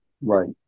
Right